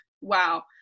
wow